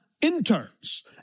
interns